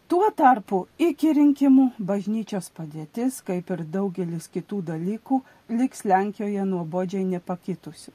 tuo tarpu iki rinkimų bažnyčios padėtis kaip ir daugelis kitų dalykų liks lenkijoje nuobodžiai nepakitusi